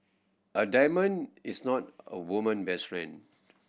a diamond is not a woman best friend